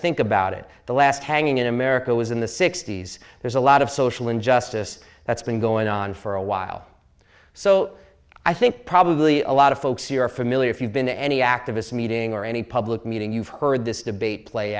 think about it the last hanging in america was in the sixty's there's a lot of social injustice that's been going on for a while so i think probably a lot of folks you're familiar if you've been to any activist meeting or any public meeting you've heard this debate play